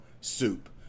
Soup